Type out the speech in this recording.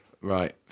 Right